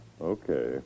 Okay